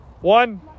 One